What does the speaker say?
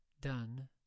done